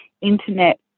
internet